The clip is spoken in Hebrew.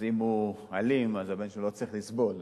ואם הוא אלים, הבן שלו לא צריך לסבול.